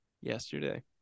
Yesterday